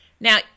Now